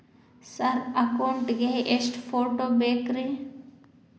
Sir account ಗೇ ಎಷ್ಟು photo ಬೇಕ್ರಿ?